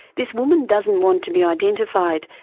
this woman doesn't want to be identified,